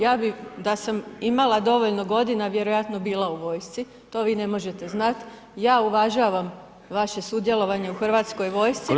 Ja bi da sam imala dovoljno godina vjerojatno bila u vojsci, to vi ne možete znati, ja uvažavam vaše sudjelovanje u hrvatskoj vojsci.